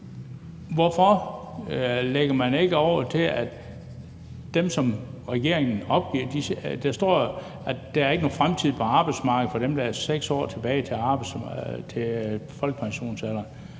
som regeringen opgiver – for der står, at der ikke er nogen fremtid på arbejdsmarkedet for dem, der har 6 år tilbage til folkepensionsalderen